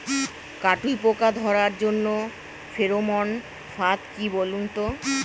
কাটুই পোকা ধরার জন্য ফেরোমন ফাদ কি বলুন তো?